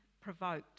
provoked